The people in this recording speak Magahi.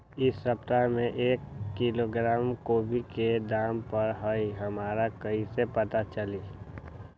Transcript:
इ सप्ताह में एक किलोग्राम गोभी के दाम का हई हमरा कईसे पता चली?